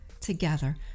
together